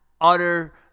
Utter